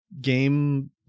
game